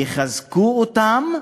יחזקו אותם.